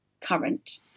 current